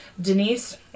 Denise